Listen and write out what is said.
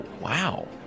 wow